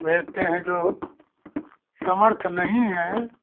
भेजते हैं जो समर्थ नहीं हैं